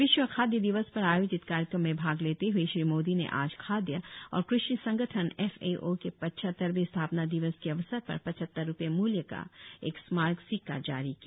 विश्व खाद्य दिवस पर आयोजित कार्यक्रम में भाग लेते हए श्री मोदी ने आज खादय और कृषि संगठन एफ ए ओ के पचहत्तरवें स्थापना दिवस के अवसर पर पचहत्तर रूपये मूल्य का एक स्मारक सिक्का जारी किया